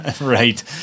Right